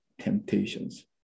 temptations